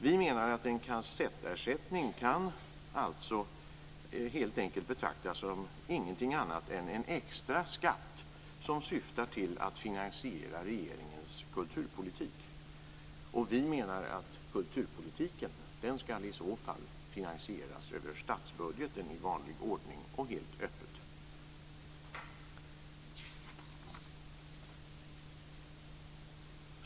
Vi menar att en kassettersättning helt enkelt inte kan betraktas som någonting annat än en extra skatt som syftar till att finansiera regeringens kulturpolitik. Vi menar att kulturpolitiken i så fall skall finansieras över statsbudgeten i vanlig ordning och helt öppet.